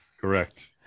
Correct